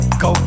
go